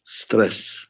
stress